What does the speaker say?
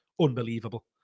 unbelievable